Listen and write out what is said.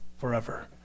forever